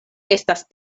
estas